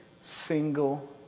single